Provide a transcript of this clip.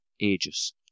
ages